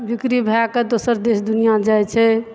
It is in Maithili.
बिक्री भए कऽ दोसर देश दुनिया जाइ छै